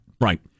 Right